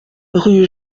rue